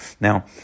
Now